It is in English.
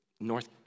North